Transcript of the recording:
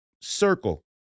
circle